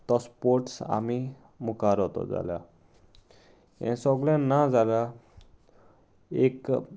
तो स्पोर्ट्स आमी मुखार व्हरतले जाल्यार हें सगळें ना जाल्या एक